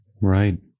right